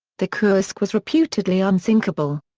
the kursk was reputedly unsinkable.